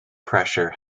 pressure